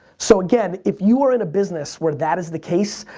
so again if you were in a business where that is the case,